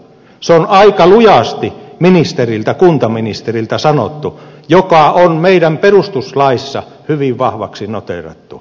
se on aika lujasti ministeriltä kuntaministeriltä sanottu asiasta joka on meidän perustuslaissamme hyvin vahvaksi noteerattu